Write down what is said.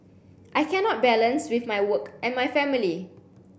I cannot balance with my work and my family